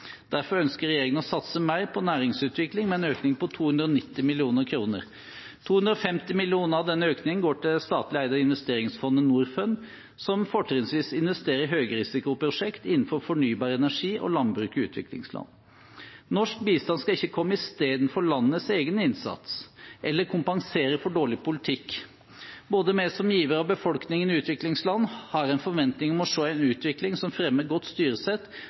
Derfor ønsker regjeringen å satse mer på næringsutvikling med en økning på 290 mill. kr. 250 mill. kr av denne økningen går til det statlig eide investeringsfondet Norfund, som fortrinnsvis investerer i høyrisikoprosjekter innenfor fornybar energi og landbruk i utviklingsland. Norsk bistand skal ikke komme istedenfor landenes egen innsats eller kompensere for dårlig politikk. Både vi som givere og befolkningen i utviklingsland har en forventning om å se en utvikling som fremmer godt styresett